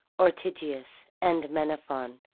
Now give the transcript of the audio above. ortygius, and menaphon,